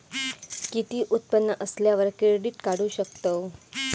किती उत्पन्न असल्यावर क्रेडीट काढू शकतव?